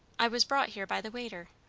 i was brought here by the waiter,